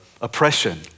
oppression